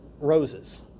roses